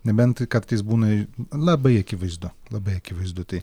nebent kartais būna labai akivaizdu labai akivaizdu tai